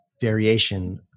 variation